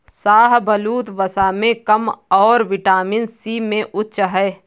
शाहबलूत, वसा में कम और विटामिन सी में उच्च है